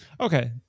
Okay